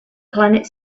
planet